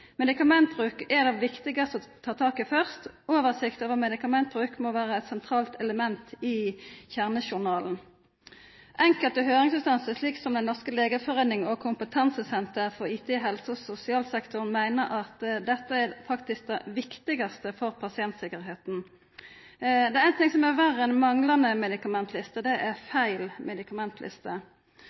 Medikamentbruk er det viktigaste å ta tak i først. Oversikt over medikamentbruk må vera eit sentralt element i kjernejournalen. Enkelte høyringsinstansar, som Den norske legeforening og Kompetansesenter for IT i helse- og sosialsektoren meiner at dette er faktisk det viktigaste for pasientsikkerheita. Det er ein ting som er verre enn manglande medikamentliste, og det er feil medikamentliste.